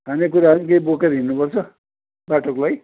खाने कुराहरू नि केही बोकेर हिड्नुपर्छ बाटोको लागि